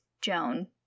Joan